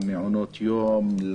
למעונות יום,